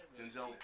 denzel